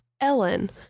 Ellen